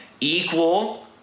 equal